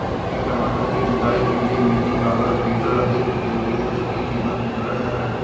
क्या टमाटर की निदाई के लिए मिनी पावर वीडर अधिक उपयोगी है जिसकी कीमत पंद्रह हजार है?